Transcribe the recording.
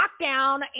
lockdown